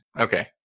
Okay